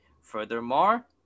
Furthermore